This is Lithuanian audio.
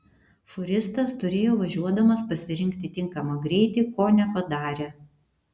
fūristas turėjo važiuodamas pasirinkti tinkamą greitį ko nepadarė